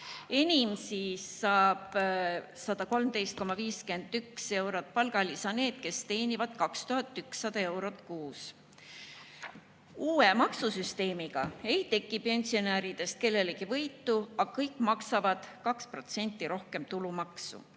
Enim, 113,51 eurot saavad palgalisa need, kes teenivad 2100 eurot kuus. Uue maksusüsteemiga ei teki pensionäridel kellelgi võitu, aga kõik maksavad 2% rohkem tulumaksu.